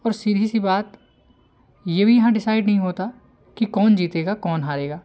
और सीधी सी बात ये भी यहाँ डिसाइड नहीं होता कि कौन जीतेगा कौन हारेगा